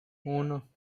uno